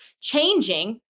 changing